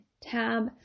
tab